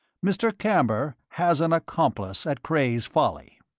mr. camber has an accomplice at cray's folly.